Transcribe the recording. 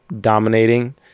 dominating